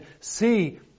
see